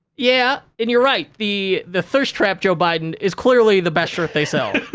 yeah, and you're right, the the thirst trap joe biden is clearly the best shirt they sell.